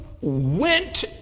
went